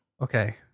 Okay